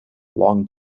long